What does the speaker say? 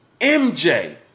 mj